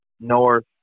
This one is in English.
North